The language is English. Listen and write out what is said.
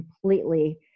completely